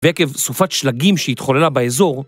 ועקב סופת שלגים שהתחוללה באזור.